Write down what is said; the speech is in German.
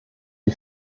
die